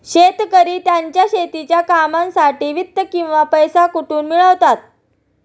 शेतकरी त्यांच्या शेतीच्या कामांसाठी वित्त किंवा पैसा कुठून मिळवतात?